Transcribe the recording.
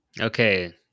Okay